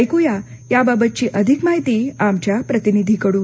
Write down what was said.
ऐकुया या बद्दल अधिक माहिती आमच्या प्रतिनिधीकडून